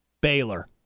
Baylor